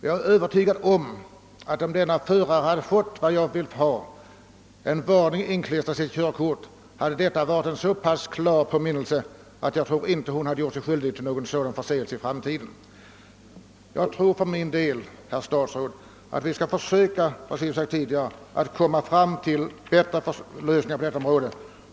Jag är övertygad om att om denna förare hade fått — som jag föreslagit — en varning klistrad på kör kortet, hade detta varit en så klar påminnelse att bon troligen inte gjort sig skyldig till någon sådan förseelse i fortsättningen. Jag tror, herr statsråd, att vi skall försöka åstadkomma bättre lösningar på detta område.